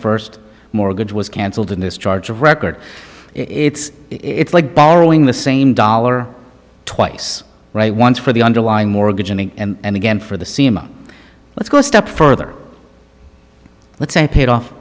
first mortgage was cancelled in this charge of record it's it's like borrowing the same dollar twice once for the underlying mortgages and again for the sima let's go step further let's say paid off